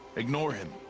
ignore him.